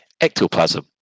Ectoplasm